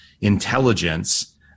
intelligence